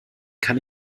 kann